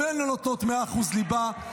גם הן לא נותנות 100% ליבה.